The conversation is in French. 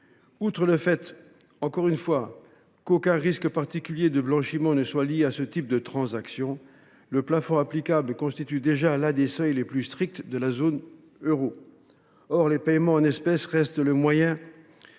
Outre que, encore une fois, aucun risque particulier de blanchiment n’est lié à ce type de transaction, le plafond applicable constitue déjà l’un des seuils les plus stricts de la zone euro. Or le paiement en espèces reste le moyen